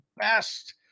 best